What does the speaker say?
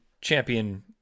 champion